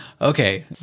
Okay